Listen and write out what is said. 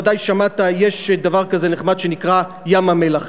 ודאי שמעת שיש דבר כזה נחמד שנקרא ים-המלח,